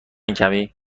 کمی